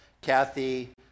Kathy